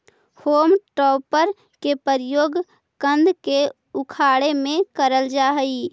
home टॉपर के प्रयोग कन्द के उखाड़े में करल जा हई